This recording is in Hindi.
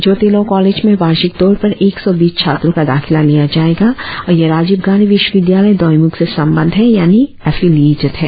जोटे लॉ कॉलेज में वार्षिक तौर पर एक सौ बीस छात्रों का दाखिला लिया जाएगा और यह राजीव गांधी विश्वविद्यालय दोईमुख से संबंद्ध है यानी एफिलियेटेड है